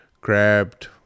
grabbed